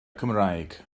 cymraeg